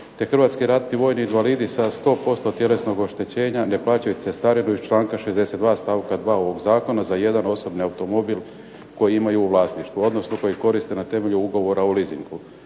te hrvatski ratni vojni invalidi sa 100% tjelesnog oštećenja ne plaćaju cestarinu iz članka 62. stavka 2. ovog zakona za jedan osobni automobil koji imaju u vlasništvu, odnosno koji koriste na temelju ugovora o leasingu.